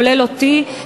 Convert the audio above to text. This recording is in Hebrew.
כולל אני,